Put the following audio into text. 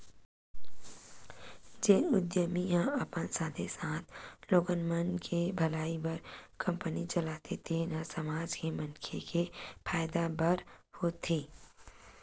जेन उद्यमी ह अपन साथे साथे लोगन मन के भलई बर कंपनी चलाथे तेन ह समाज के मनखे के फायदा बर होथे